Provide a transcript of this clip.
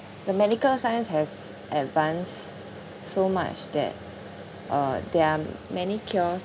the medical science has advanced so much that uh there are many cures